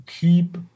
keep